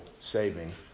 saving